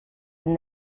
and